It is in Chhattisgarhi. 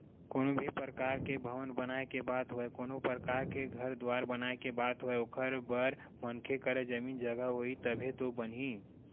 कोनो भी परकार के भवन बनाए के बात होवय कोनो परकार के घर दुवार बनाए के बात होवय ओखर बर मनखे करा जमीन जघा होही तभे तो बनही